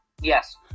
Yes